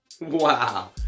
wow